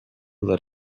let